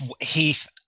Heath